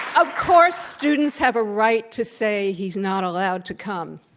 of course students have a right to say he's not allowed to come.